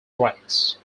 rights